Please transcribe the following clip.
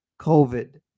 COVID